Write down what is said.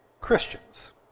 Christians